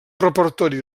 repertori